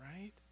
right